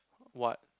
what